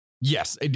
Yes